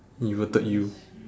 inverted U